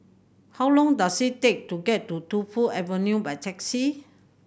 how long does it take to get to Tu Fu Avenue by taxi